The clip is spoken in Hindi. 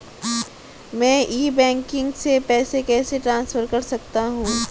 मैं ई बैंकिंग से पैसे कैसे ट्रांसफर कर सकता हूं?